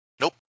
Nope